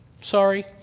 Sorry